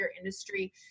industry